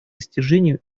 достижению